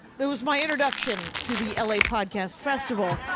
there was my introduction to the la podcast festival,